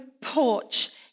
porch